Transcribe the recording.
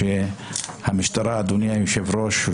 אדוני היושב-ראש,